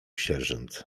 sierżant